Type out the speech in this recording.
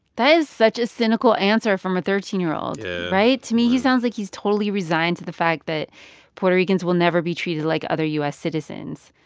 that is such a cynical answer from a thirteen year old yeah right? to me, he sounds like he's totally resigned to the fact that puerto ricans will never be treated like other u s. citizens.